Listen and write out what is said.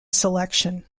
selection